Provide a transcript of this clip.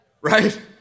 right